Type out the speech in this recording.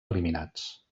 eliminats